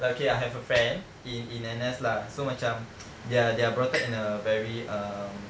okay I have a friend in in N_S lah so macam they are they are brought up in a very err